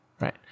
Right